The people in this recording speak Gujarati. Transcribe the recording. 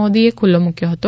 મોદીએ ખુલ્લો મૂક્યો હતો